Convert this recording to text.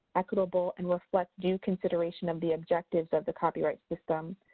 equitable, and reflect due consideration of the objectives of the copyright system.